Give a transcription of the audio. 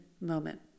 moment